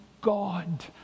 God